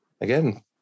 again